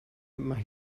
mae